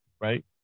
right